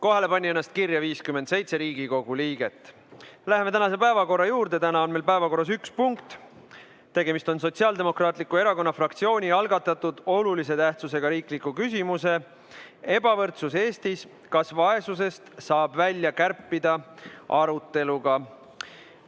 Kohalolijana pani ennast kirja 57 Riigikogu liiget. Läheme tänase päevakorra juurde. Täna on meil päevakorras üks punkt, tegemist on Sotsiaaldemokraatliku Erakonna fraktsiooni algatatud olulise tähtsusega riikliku küsimuse "Ebavõrdsus Eestis – kas vaesusest saab välja kärpida?" aruteluga.